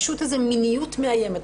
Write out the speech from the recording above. כאילו המיניות שלהן מאיימת.